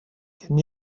can